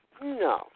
No